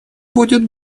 будет